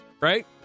right